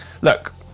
Look